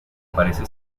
parece